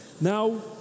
Now